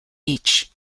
each